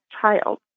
child